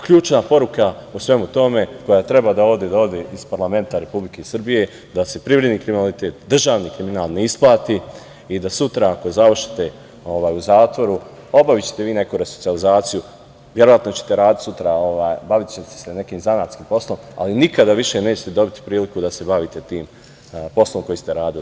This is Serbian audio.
Ključna poruka u svemu tome koja treba da ode iz parlamenta Republike Srbije, da se privredni kriminalitet, državni kriminal ne isplati i da sutra ako završite u zatvoru, obavićete vi neku resocijalizaciju, verovatno ćete raditi sutra, bavićete se nekim zanatskim poslom, ali nikada više nećete dobiti priliku da se bavite tim poslom koji ste radili.